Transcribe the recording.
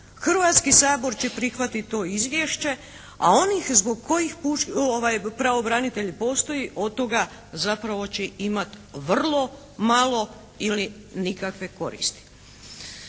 Hrvatski sabor će prihvatiti to izvješće, a onih zbog kojih pravobranitelj postoji od toga zapravo će imati vrlo malo ili nikakve koristi.